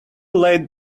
late